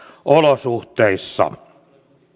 olosuhteissa